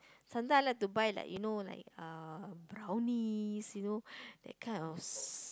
sometimes I like to buy like you know like uh brownies you know that kind of s~